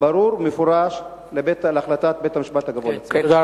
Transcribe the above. ברור ומפורש להחלטת בית-המשפט הגבוה לצדק.